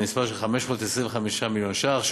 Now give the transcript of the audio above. למספר של 525 מיליון ש"ח,